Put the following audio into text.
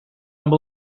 amb